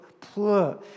poor